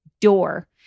door